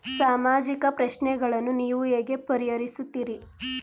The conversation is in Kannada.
ಸಾಮಾಜಿಕ ಪ್ರಶ್ನೆಗಳನ್ನು ನೀವು ಹೇಗೆ ಪರಿಹರಿಸುತ್ತೀರಿ?